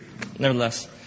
Nevertheless